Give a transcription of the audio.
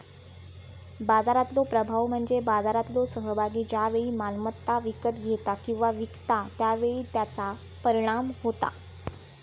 बाजारातलो प्रभाव म्हणजे बाजारातलो सहभागी ज्या वेळी मालमत्ता विकत घेता किंवा विकता त्या वेळी त्याचा परिणाम होता